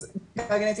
אז בדיקה גנטית,